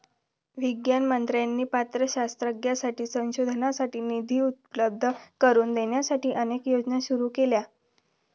विज्ञान मंत्र्यांनी पात्र शास्त्रज्ञांसाठी संशोधनासाठी निधी उपलब्ध करून देण्यासाठी अनेक योजना सुरू केल्या